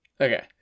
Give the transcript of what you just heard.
Okay